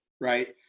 Right